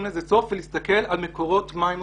לזה סוף ולהסתכל על מקורות מים נוספים.